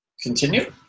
continue